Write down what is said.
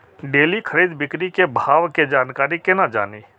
Daily खरीद बिक्री के भाव के जानकारी केना जानी?